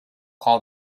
call